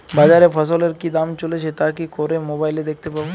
বাজারে ফসলের কি দাম চলছে তা কি করে মোবাইলে দেখতে পাবো?